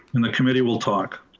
and the committee will talk.